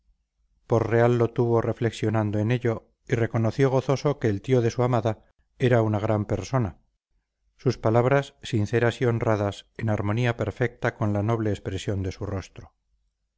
por real lo tuvo reflexionando en ello y reconoció gozoso que el tío de su amada era una gran persona sus palabras sinceras y honradas en armonía perfecta con la noble expresión de su rostro